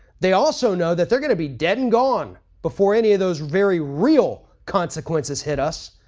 they also know that they're going to be dead and gone before any of those very real consequences hit us.